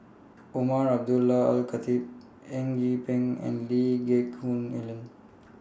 Umar Abdullah Al Khatib Eng Yee Peng and Lee Geck Hoon Ellen